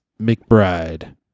McBride